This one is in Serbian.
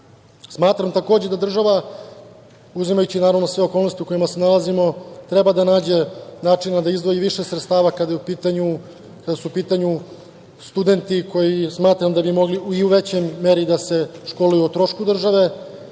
budućnost. Smatram da država, uzimajući naravno sve okolnosti u kojima se nalazimo, treba da nađe načina da izdvoji više sredstava kada su u pitanju studenti. Smatram da bi mogli i u većoj meri da se školuju o trošku države,